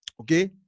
Okay